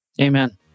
Amen